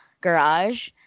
garage